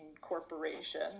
corporation